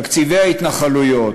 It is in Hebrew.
תקציבי ההתנחלויות,